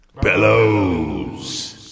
Bellows